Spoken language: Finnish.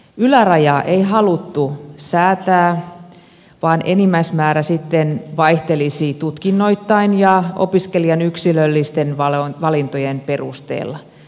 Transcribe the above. ylärajaa ei haluttu säätää vaan enimmäismäärä sitten vaihtelisi tutkinnoittain ja opiskelijan yksilöllisten valintojen perusteella